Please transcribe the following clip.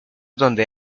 donde